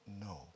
no